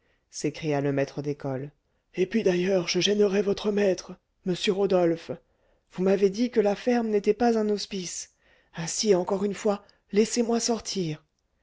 s'écria le maître d'école et puis d'ailleurs je gênerais votre maître m rodolphe vous m'avez dit que la ferme n'était pas un hospice ainsi encore une fois laissez-moi sortir